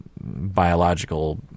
biological